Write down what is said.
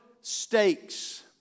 stakes